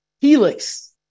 helix